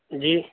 جی